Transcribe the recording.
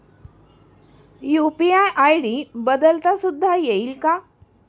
UPI ID बदलता सुद्धा येईल का?